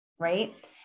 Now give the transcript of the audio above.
Right